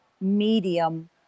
medium